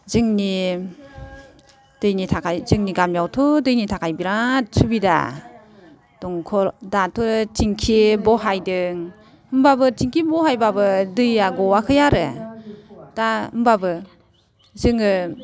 जोंनि दैनि थाखाय जोंनि गामियावथ' दैनि थाखाय बिराद सुबिदा दंखल दाथ' थेंखि बहायदों होनबाबो थेंखि बहायबाबो दैया गवाखै आरो दा होनबाबो जोङो